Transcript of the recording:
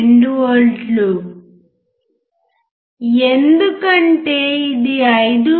2 వోల్ట్లు ఎందుకంటే ఇది 5